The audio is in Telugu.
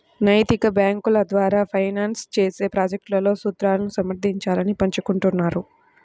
నైతిక బ్యేంకుల ద్వారా ఫైనాన్స్ చేసే ప్రాజెక్ట్లలో సూత్రాలను సమర్థించాలను పంచుకుంటారు